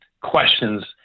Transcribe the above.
questions